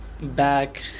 back